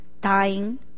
dying